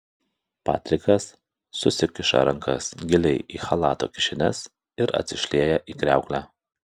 patrikas susikiša rankas giliai į chalato kišenes ir atsišlieja į kriauklę